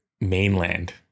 mainland